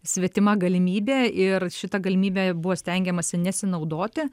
svetima galimybė ir šita galimybe buvo stengiamasi nesinaudoti